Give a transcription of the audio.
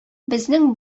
безнең